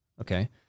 Okay